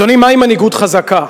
אדוני, מהי מנהיגות חזקה?